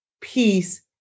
peace